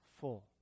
full